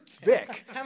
Vic